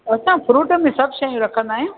असां फ्रूट में सभु शयू रखंदा आहियूं